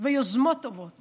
ויוזמות טובות